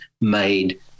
made